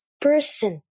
person